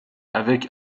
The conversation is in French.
avec